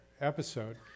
episode